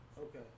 Okay